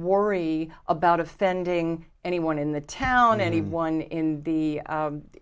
worry about offending anyone in the town anyone in the